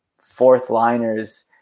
fourth-liners